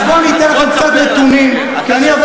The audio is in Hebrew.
אז בואו, אני אתן לכם קצת נתונים, אז בוא,